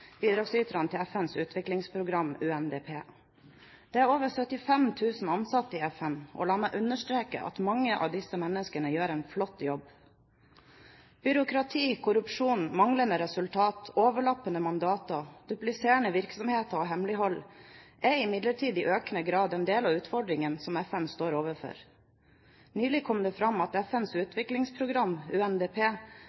utviklingsprogram, UNDP. Det er over 75 000 ansatte i FN, og la meg understreke at mange av disse menneskene gjør en flott jobb. Byråkrati, korrupsjon, manglende resultater, overlappende mandater, dupliserende virksomheter og hemmelighold er imidlertid i økende grad en del av utfordringene FN står overfor. Nylig kom det frem at FNs